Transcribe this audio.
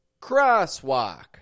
Crosswalk